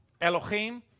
Elohim